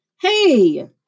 Hey